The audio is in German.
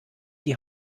die